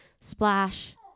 splash